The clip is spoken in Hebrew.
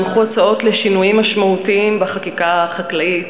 הונחו הצעות לשינויים משמעותיים בחקיקה החקלאית,